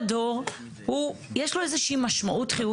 בשביל הדור, יש לו איזה שהיא משמעות חיובית.